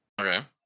Okay